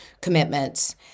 commitments